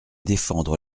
défendre